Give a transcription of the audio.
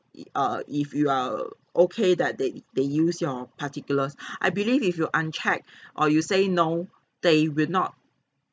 err if you are okay that they they use your particulars I believe if you unchecked or you say no they will not